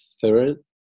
third